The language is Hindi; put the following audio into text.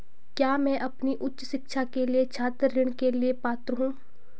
क्या मैं अपनी उच्च शिक्षा के लिए छात्र ऋण के लिए पात्र हूँ?